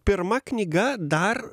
pirma knyga dar